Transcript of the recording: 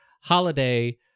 holiday